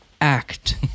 act